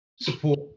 support